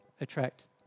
attract